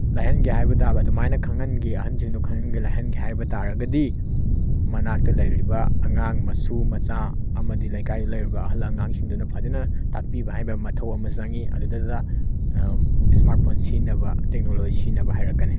ꯂꯥꯏꯍꯟꯒꯦ ꯍꯥꯏꯕ ꯇꯥꯕ ꯑꯗꯨꯃꯥꯏꯅ ꯈꯪꯍꯟꯒꯦ ꯑꯍꯟꯁꯤꯡꯗꯣ ꯈꯪꯍꯟꯒꯦ ꯂꯥꯏꯍꯟꯒꯦ ꯍꯥꯏꯕ ꯇꯥꯔꯒꯗꯤ ꯃꯅꯥꯛꯇ ꯂꯩꯔꯤꯕ ꯑꯉꯥꯡ ꯃꯁꯨ ꯃꯆꯥ ꯑꯃꯗꯤ ꯂꯩꯀꯥꯏꯗ ꯂꯩꯔꯤꯕ ꯑꯍꯜ ꯑꯉꯥꯡꯁꯤꯡꯗꯨꯅ ꯐꯖꯅ ꯇꯥꯛꯄꯤꯕ ꯍꯥꯏꯕ ꯃꯊꯧ ꯑꯃ ꯆꯪꯏ ꯑꯗꯨꯗꯩꯗꯨꯗ ꯁ꯭ꯃꯥꯔꯠ ꯐꯣꯟ ꯁꯤꯖꯤꯟꯅꯕ ꯇꯦꯛꯅꯣꯂꯣꯖꯤ ꯁꯤꯖꯤꯟꯅꯕ ꯍꯩꯔꯛꯀꯅꯤ